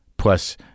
Plus